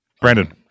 Brandon